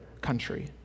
country